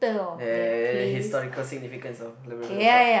ya the historical significance of Labrador-Park